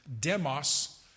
demos